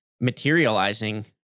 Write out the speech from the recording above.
materializing